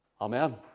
Amen